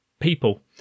people